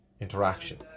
Interaction